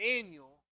Daniel